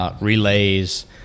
relays